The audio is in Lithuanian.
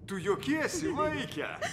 tu juokiesi vaike